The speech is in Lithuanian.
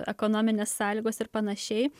ekonominės sąlygos ir panašiai